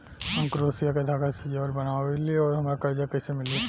हम क्रोशिया के धागा से जेवर बनावेनी और हमरा कर्जा कइसे मिली?